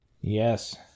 Yes